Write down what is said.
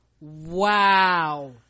wow